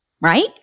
right